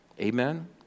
Amen